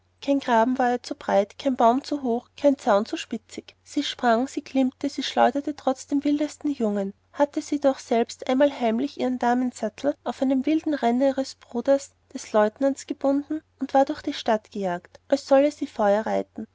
kein graben war ihr zu breit kein baum zu hoch kein zaun zu spitzig sie sprang sie klimmte sie schleuderte trotz dem wildesten jungen hatte sie doch selbst einmal heimlich ihren damensattel auf den wilden renner ihres bruders des leutnants gebunden und war durch die stadt gejagt als sollte sie feuer reiten